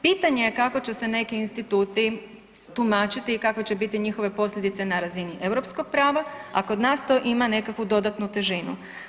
Pitanje je kako će se neki instituti tumačiti i kakve će biti njihove posljedice na razini europskog prava, a kod nas to ima nekakvu dodatnu težinu.